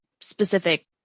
specific